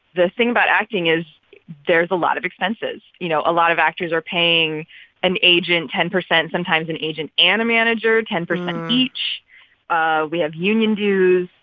the thing about acting is there's a lot of expenses. you know, a lot of actors are paying an agent ten percent, sometimes an agent and a manager ten percent each ah we have union dues,